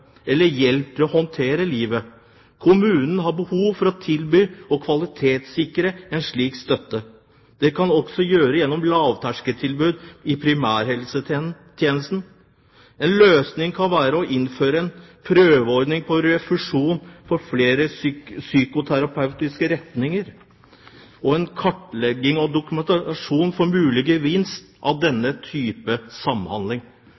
eller hjelp til å håndtere livet. Kommunene har behov for å tilby og kvalitetssikre en slik støtte. Det kan man også gjøre gjennom lavterskeltilbud i primærhelsetjenesten. En løsning kan være å innføre en prøveordning med refusjon for flere psykoterapeutiske retninger og en kartlegging og dokumentasjon av mulig gevinst av denne type samhandling.